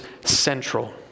central